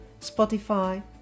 Spotify